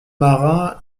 marins